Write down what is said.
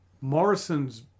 Morrison's